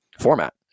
format